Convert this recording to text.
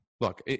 look